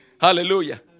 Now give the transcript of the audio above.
Hallelujah